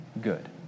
good